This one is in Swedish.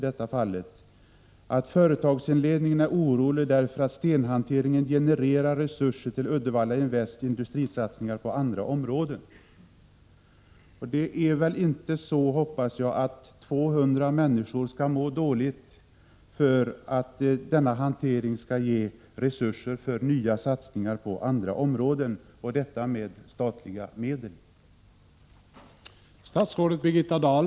Det sägs där att företagsledningen är orolig därför att stenhanteringen genererar resurser till Uddevalla Invests industrisatsningar på andra områden. Det är väl inte så, hoppas jag, att 200 människor skall må dåligt därför att denna hantering skall ge resurser till nya satsningar på andra områden och dessutom med statliga medel.